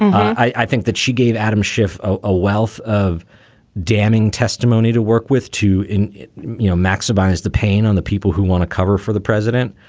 i think that she gave adam schiff a wealth of damning testimony to work with, to you know maximize the pain on the people who want to cover for the president.